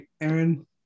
Aaron